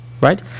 right